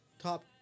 top